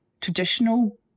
traditional